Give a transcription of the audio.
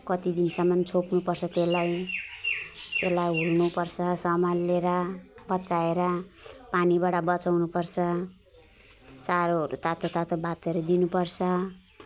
कति दिनसम्म छोप्नु पर्छ त्यसलाई त्यसलाई हुल्नु पर्छ सम्हालेर बचाएर पानीबाट बचाउनु पर्छ चारोहरू तातो तातो भातहरू दिनु पर्छ